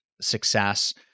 success